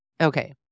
Okay